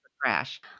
crash